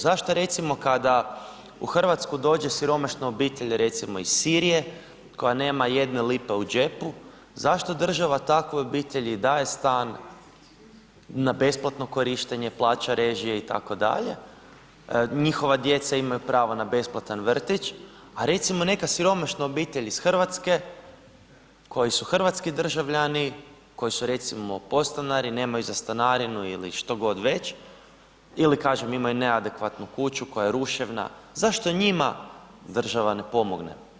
Zašto recimo kada u Hrvatsku dođe siromašna obitelj recimo iz Sirije koja nema jedne lipe u džepu, zašto država takvoj obitelji daje stan na besplatno korištenje, plaća režije itd., njihova djeca imaju pravo na besplatan vrtić, a recimo neka siromašna obitelj iz Hrvatske koji su hrvatski državljani, koji su recimo podstanari, nemaju za stanarinu ili štogod već ili kažem imaju neadekvatnu kuću koja je ruševna, zašto njima država ne pomogne?